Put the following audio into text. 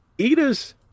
Ida's